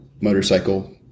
motorcycle